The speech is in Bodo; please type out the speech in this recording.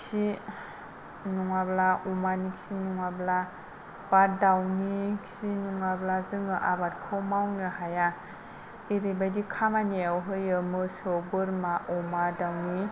खि नङाब्ला अमानि खि नङाब्ला बा दाउनि खि नङाब्ला जों आबादखौ मावनो हाया ओरैबायदि खामानियाव होयो मोसौ बोरमा अमा दाउनि